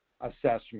assessment